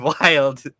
wild